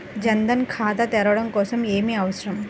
జన్ ధన్ ఖాతా తెరవడం కోసం ఏమి అవసరం?